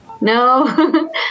No